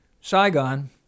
Saigon